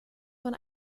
von